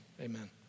amen